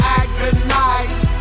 agonize